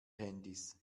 handys